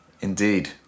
Indeed